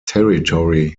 territory